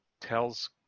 tells